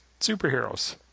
superheroes